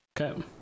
Okay